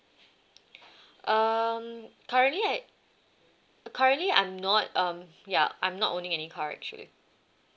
um currently I currently I'm not um ya I'm not owning any car actually